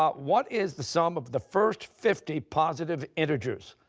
um what is the sum of the first fifty positive integers?